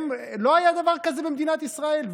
לא היה דבר כזה במדינת ישראל.